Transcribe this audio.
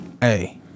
Hey